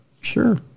sure